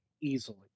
easily